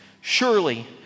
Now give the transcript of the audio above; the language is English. Surely